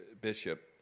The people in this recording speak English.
bishop